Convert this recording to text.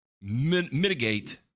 mitigate